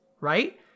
right